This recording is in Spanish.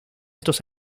estos